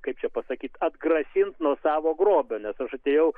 kaip čia pasakyt atgrasint nuo savo grobio nes aš atėjau